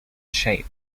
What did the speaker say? shape